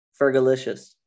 Fergalicious